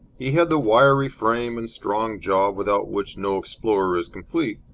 he had the wiry frame and strong jaw without which no explorer is complete,